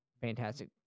fantastic